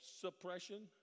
suppression